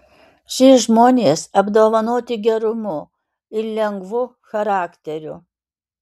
šie žmonės apdovanoti gerumu ir lengvu charakteriu